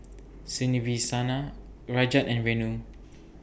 Rajat and Renu